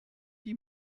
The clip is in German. die